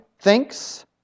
thinks